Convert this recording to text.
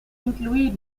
incluir